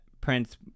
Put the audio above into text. Prince